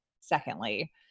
secondly